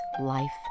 life